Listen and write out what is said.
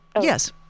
yes